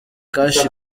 cash